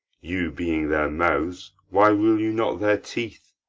you being their mouths, why rule you not their teeth?